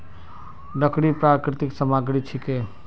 लकड़ी प्राकृतिक सामग्री छिके